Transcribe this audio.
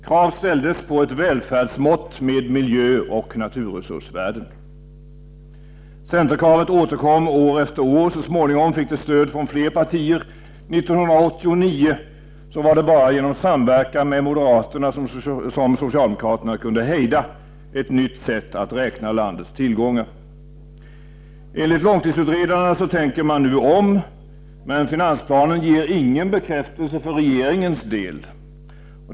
Krav ställdes på ett välfärdsmått med miljöoch naturresursvärden. Centerkravet återkom år efter år. Så småningom fick det stöd från fler partier. 1989 var det bara genom samverkan med moderaterna som socialdemokraterna kunde hejda ett nytt sätt att räkna landets tillgångar. Enligt långtidsutredarna tänker man nu om. Men finansplanen ger ingen bekräftelse för regeringens del.